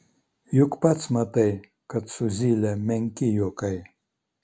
juk pats matai kad su zyle menki juokai